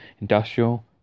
industrial